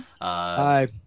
Hi